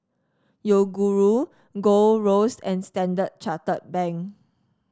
Yoguru Gold Roast and Standard Chartered Bank